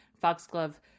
Foxglove